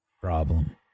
problem